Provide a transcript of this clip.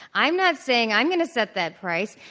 i'm not saying i'm going to set that price.